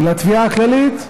כי לתביעה הכללית,